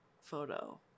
photo